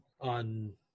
on